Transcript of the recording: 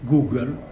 Google